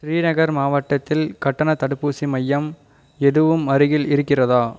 ஸ்ரீநகர் மாவட்டத்தில் கட்டண தடுப்பூசி மையம் எதுவும் அருகில் இருக்கிறதா